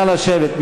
נא לשבת,